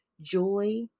joy